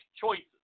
choices